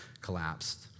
collapsed